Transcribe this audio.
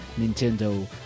Nintendo